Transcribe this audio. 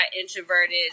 introverted